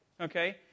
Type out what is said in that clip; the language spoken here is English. okay